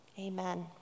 Amen